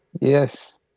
Yes